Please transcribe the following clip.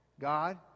God